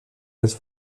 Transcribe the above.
dels